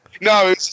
No